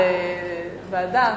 לוועדה?